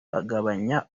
agabanya